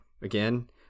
again